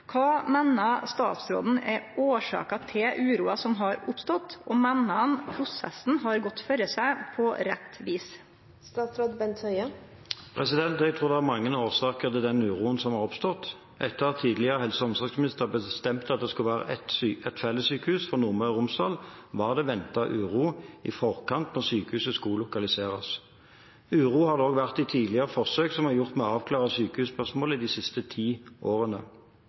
statsråden er årsaka til uroa som har oppstått, og meiner han prosessen har gått føre seg på rett vis?» Jeg tror det er mange årsaker til den uroen som har oppstått. Etter at tidligere helse- og omsorgsminister bestemte at det skulle være ett felles sykehus for Nordmøre og Romsdal, var det ventet uro i forkant da sykehuset skulle lokaliseres. Uro har det òg vært i tidligere forsøk som er gjort med å avklare sykehusspørsmålet de siste ti årene.